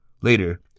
Later